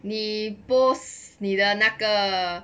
你 post 你的那个 err